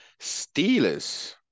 Steelers